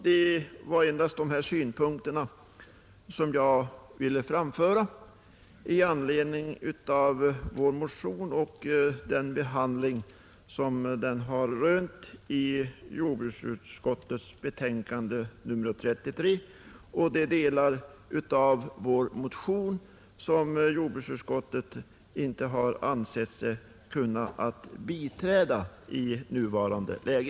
Det var endast dessa synpunkter som jag ville framföra med anledning av vår motion och den behandling som den rönt i jordbruksutskottets betänkande nr 33 i de delar där man inte ansett sig kunna biträda den i nuvarande läge.